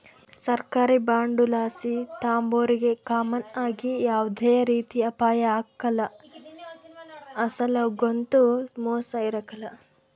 ಸರ್ಕಾರಿ ಬಾಂಡುಲಾಸು ತಾಂಬೋರಿಗೆ ಕಾಮನ್ ಆಗಿ ಯಾವ್ದೇ ರೀತಿ ಅಪಾಯ ಆಗ್ಕಲ್ಲ, ಅಸಲೊಗಂತೂ ಮೋಸ ಇರಕಲ್ಲ